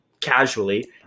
casually